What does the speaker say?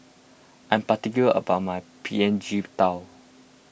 I am particular about my P N G Tao